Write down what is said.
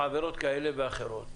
עבירות כאלה ואחרות.